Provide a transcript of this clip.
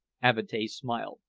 avatea smiled.